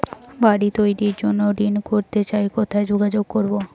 বাড়ি তৈরির জন্য ঋণ করতে চাই কোথায় যোগাযোগ করবো?